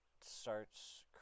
starts